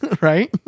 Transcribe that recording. Right